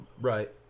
Right